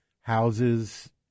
houses